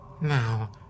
Now